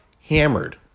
hammered